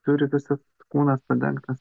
turi visas kūnas padengtas